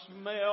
smell